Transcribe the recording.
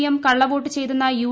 M കള്ളവോട്ട് ചെയ്തെന്ന U